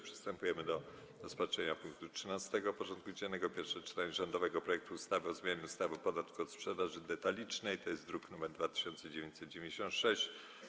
Przystępujemy do rozpatrzenia punktu 13. porządku dziennego: Pierwsze czytanie rządowego projektu ustawy o zmianie ustawy o podatku od sprzedaży detalicznej (druk nr 2996)